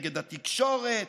נגד התקשורת,